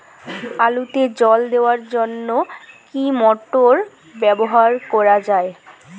আলুতে জল দেওয়ার জন্য কি মোটর ব্যবহার করা যায়?